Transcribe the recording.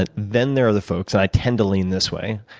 and then there are the folks and i tend to lean this way